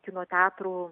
kino teatrų